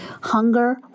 hunger